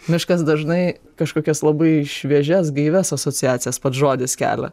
miškas dažnai kažkokias labai šviežias gaivias asociacijas pats žodis kelia